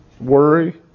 worry